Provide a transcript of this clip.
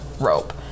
rope